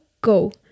go